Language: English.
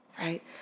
right